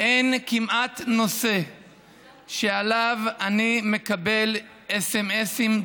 אין כמעט נושא שעליו אני מקבל סמ"סים,